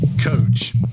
coach